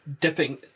Dipping